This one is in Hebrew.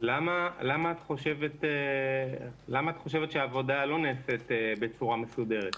למה את חושבת שהעבודה לא נעשית בצורה מסודרת?